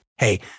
hey